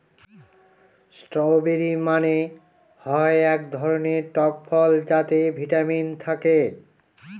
strawberry মানে হয় এক ধরনের টক ফল যাতে ভিটামিন থাকে